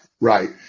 right